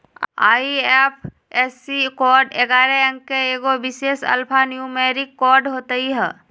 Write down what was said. IFSC code ऐगारह अंक के एगो विशेष अल्फान्यूमैरिक कोड होइत हइ